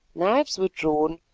knives were drawn,